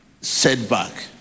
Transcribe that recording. Setback